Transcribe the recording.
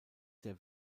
der